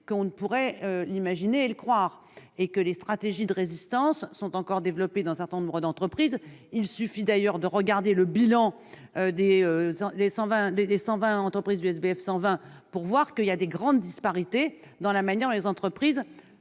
l'on pourrait l'imaginer ou le croire. Les stratégies de résistance sont encore développées dans un certain nombre d'entreprises. Il suffit d'ailleurs de consulter le bilan des entreprises du SBF 120 pour voir qu'il existe de grandes disparités dans la manière dont elles